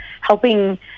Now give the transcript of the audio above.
helping